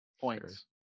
points